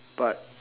but